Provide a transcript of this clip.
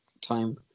time